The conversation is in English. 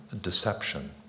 deception